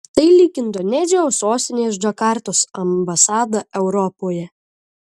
tai lyg indonezijos sostinės džakartos ambasada europoje